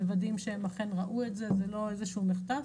מוודאים שהם אכן ראו את זה ושאין איזשהו מחטף.